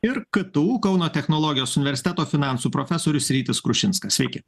ir ktu kauno technologijos universiteto finansų profesorius rytis krušinskas sveiki